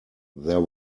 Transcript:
there